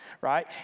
right